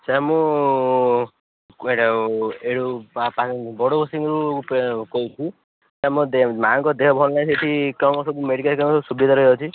sir ମୁଁ କୁଆଡ଼େ ଆଉ ସାର୍ ମୋ ମାଆଙ୍କ ଦେହ ଭଲ ନାହିଁ ସେଠି କ'ଣ କ'ଣ ସବୁ ମେଡିକାଲ୍ କାମରେ ସୁବିଧା ରହିଅଛି